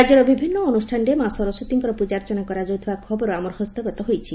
ରାକ୍ୟର ବିଭିନ୍ନ ଅନୁଷ୍ଠାନରେ ମା' ସରସ୍ୱତୀଙ୍କର ପୂଜାର୍ଚ୍ଚନା କରାଯାଉଥିବା ଖବର ଆମର ହସ୍ତଗତ ହୋଇଛି